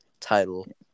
title